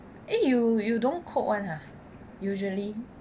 eh you you don't cook [one] ah usually